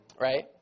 right